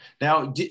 Now